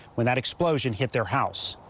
when that explosion hit their house.